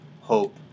hope